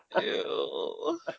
Ew